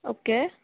okay